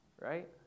Right